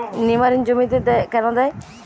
নিমারিন জমিতে কেন দেয়?